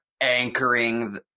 anchoring